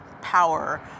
power